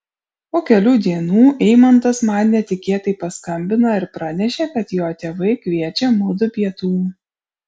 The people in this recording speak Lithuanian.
po kelių dienų eimantas man netikėtai paskambino ir pranešė kad jo tėvai kviečia mudu pietų